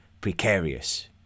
precarious